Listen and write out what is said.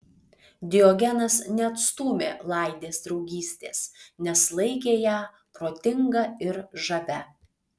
diogenas neatstūmė laidės draugystės nes laikė ją protinga ir žavia